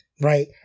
right